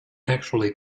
actually